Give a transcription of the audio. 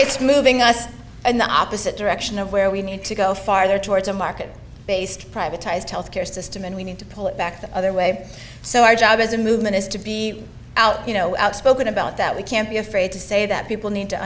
it's moving us in the opposite direction of where we need to go farther towards a market based privatized health care system and we need to pull it back the other way so our job as a movement is to be out you know outspoken about that we can't be afraid to say that people need to